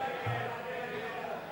הצעת חוק הבטחת הכנסה (תיקון, הגדלת סכום